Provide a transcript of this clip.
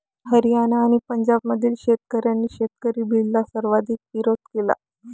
हरियाणा आणि पंजाबमधील शेतकऱ्यांनी शेतकरी बिलला सर्वाधिक विरोध केला